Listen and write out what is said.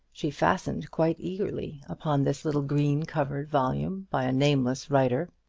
she fastened quite eagerly upon this little green-covered volume by a nameless writer.